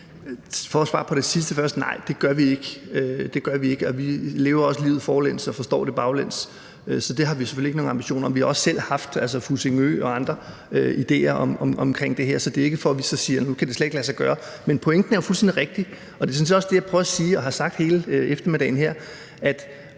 For at svare på det sidste først: Nej, det gør vi ikke; det gør vi ikke. Vi lever også livet forlæns og forstår det baglæns, så det har vi selvfølgelig ikke nogen ambitioner om. Vi har også selv haft idéer i forhold til Fussingø og andre idéer om det her, så det er ikke, fordi vi siger, at nu kan det slet ikke lade sig gøre. Men pointen er jo fuldstændig rigtig, og det er sådan set også det, jeg prøver at sige og har sagt hele eftermiddagen her,